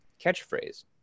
catchphrase